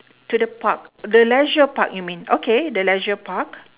to the park the leisure park you mean okay the leisure park